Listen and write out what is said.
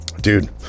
Dude